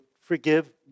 forgive